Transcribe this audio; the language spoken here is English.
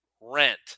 rent